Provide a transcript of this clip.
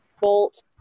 bolt